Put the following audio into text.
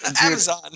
Amazon